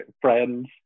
friends